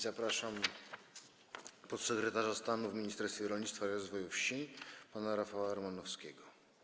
Zapraszam podsekretarza stanu w Ministerstwie Rolnictwa i Rozwoju Wsi pana Rafała Romanowskiego.